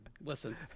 listen